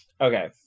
Okay